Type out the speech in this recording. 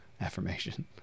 affirmation